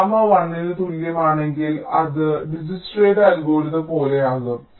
gamma 1 ന് തുല്യമാണെങ്കിൽ അത് ദിജ്ക്സ്ട്രയുടെ അൽഗോരിതം പോലെയാകും